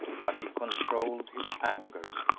but he controlled his anger.